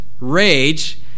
Rage